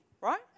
Right